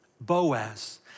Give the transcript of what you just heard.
Boaz